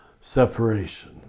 separation